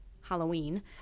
Halloween